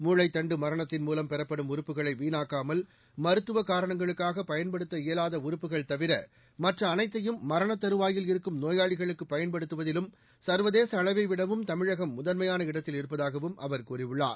மூளைத் தண்டு மரணத்தின் மூலம் பெறப்படும் உறுப்புகளை வீணாக்காமல் மருத்துவ காரணங்களுக்காக பயன்படுத்த இயலாத உறப்புகள் தவிர மற்ற அனைத்தையும் மரணத் தருவாயில் இருக்கும் நோயாளிகளுக்கு பயன்படுத்துவதிலும் சர்வதேச அளவை விடவும் தமிழகம் முதன்மையான இடத்தில் இருப்பதாகவும் அவர் கூறியுள்ளார்